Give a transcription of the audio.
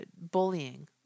bullying